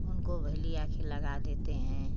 उनको भी लिया कर लगा देते हैं